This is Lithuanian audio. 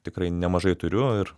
tikrai nemažai turiu ir